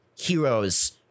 heroes